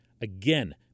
Again